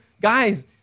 Guys